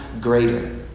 greater